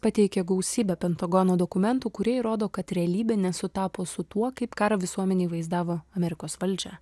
pateikė gausybę pentagono dokumentų kurie į rodo kad realybė nesutapo su tuo kaip karą visuomenei vaizdavo amerikos valdžią